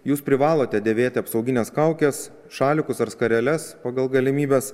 jūs privalote dėvėti apsaugines kaukes šalikus ar skareles pagal galimybes